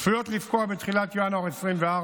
צפויות לפקוע בתחילת ינואר 2024,